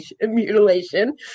mutilation